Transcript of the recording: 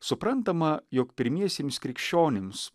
suprantama jog pirmiesiems krikščionims